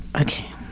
Okay